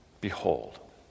Behold